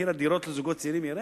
מחיר הדירות לזוגות צעירים ירד?